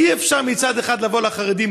אי-אפשר מצד אחד לבוא לחרדים,